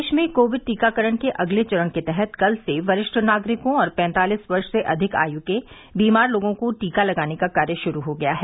देश में कोविड टीकाकरण के अगले चरण के तहत कल से वरिष्ठ नागरिकों और पैंतालिस वर्ष से अधिक आयु के बीमार लोगों को टीका लगाने का कार्य शुरू हो गया है